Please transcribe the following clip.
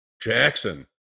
Jackson